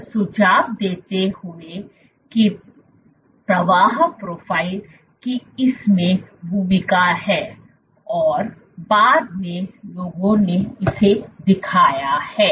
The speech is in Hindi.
यह सुझाव देते हुए कि प्रवाह प्रोफ़ाइल की इसमें भूमिका है और बाद में लोगों ने इसे दिखाया है